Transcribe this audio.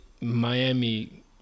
Miami